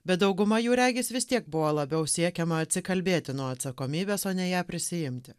bet dauguma jų regis vis tiek buvo labiau siekiama atsikalbėti nuo atsakomybės o ne ją prisiimti